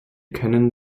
können